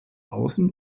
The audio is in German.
außen